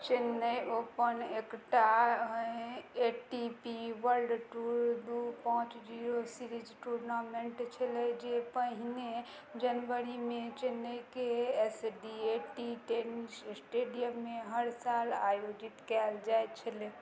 Chennai open एकटा A T P world tour दुइ पाँच जीरो सीरीज टूर्नामेन्ट छलै जे पहिने जनवरीमे चेन्नईके S D A T tennis स्टेडिअममे हर साल आयोजित कएल जाए छलै